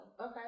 okay